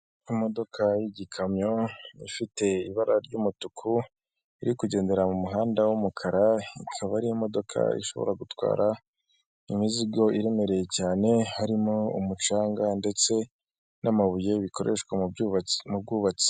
Imodoka y'igikamyo ifite ibara ry'umutuku, iri kugendera mu muhanda w'umukara, ikaba ari imodoka ishobora gutwara imizigo iremereye cyane, harimo umucanga ndetse n'amabuye bikoreshwa mu bwubatsi.